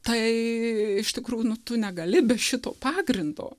tai iš tikrųjų nu tu negali be šito pagrindo